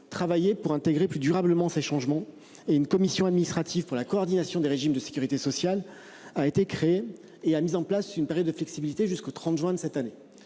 travailler pour intégrer plus durablement ces changements et une commission administrative pour la coordination des régimes de Sécurité sociale a été créé et a mis en place une période de flexibilité jusqu'au 30 juin de cette année,